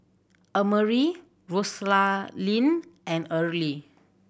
Emery and Earle